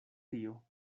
tio